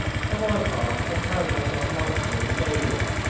for my part i carried myself lightly and gaily.